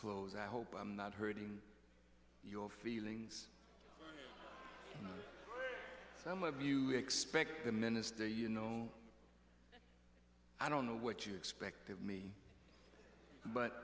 close i hope i'm not hurting your feelings some of you expect the minister you know i don't know what you expect of me but